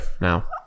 now